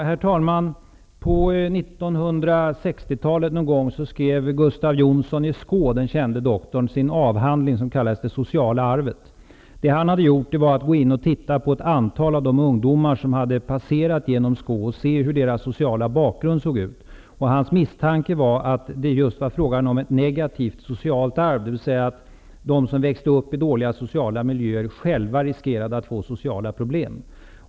Herr talman! Någon gång på 1960-talet skrev den kände doktorn Gustav Jonsson i Skå sin avhandling som kallades Det sociala arvet. Han hade följt ett antal ungdomar som passerat genom Skå och studerat deras sociala bakgrund. Hans misstanke var att det just var fråga om ett negativt socialt arv, dvs. att de som växer upp i dåliga sociala miljöer riskerar att få sociala problem.